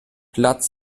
platz